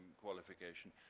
qualification